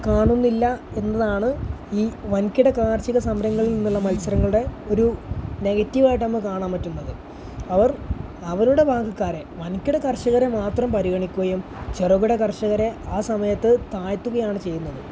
കാണുന്നില്ല എന്നതാണ് ഈ വൻകിട കാർഷിക സംരംഭങ്ങളിൽ നിന്നുള്ള മത്സരങ്ങളുടെ ഒരു നെഗറ്റീവായിട്ട് നമുക്ക് കാണാൻ പറ്റുന്നത് അവർ അവരുടെ ഭാഗക്കാരെ വൻകിട കർഷകരെ മാത്രം പരിഗണിക്കുകയും ചെറുകിട കർഷകരെ ആ സമയത്ത് താഴ്ത്തുകയാണ് ചെയ്യുന്നത്